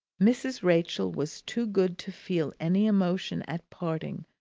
mrs. rachael was too good to feel any emotion at parting,